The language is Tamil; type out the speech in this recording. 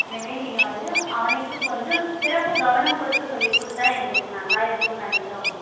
எனவே நீங்கள் வந்து அவனுக்கு கொஞ்சம் சிறப்பு கவனம் கொடுத்து சொல்லி கொடுத்தா எங்களுக்கு நல்லா இருக்குதுன்னு நினைக்கிறோம் ஆமாம்